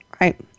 Right